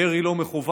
ירי לא מכוון,